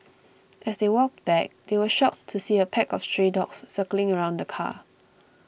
as they walked back they were shocked to see a pack of stray dogs circling around the car